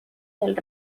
del